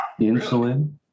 insulin